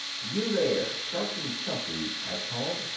you there, short and chunky, i called.